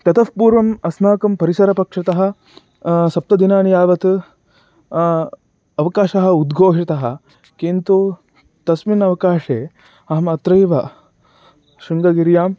ततःपूर्वम् अस्माकं परिसरपक्षतः सप्तदिनानि यावत् अवकाशः उद्घोषितः किन्तु तस्मिन् अवकाशे अहमत्रैव शृङ्गगिरियां